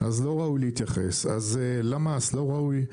אז לא ראוי להתייחס.